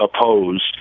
opposed